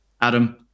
Adam